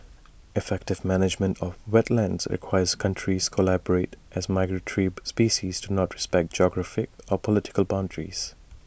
effective management of wetlands requires countries collaborate as migratory species do not respect geographic or political boundaries